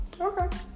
Okay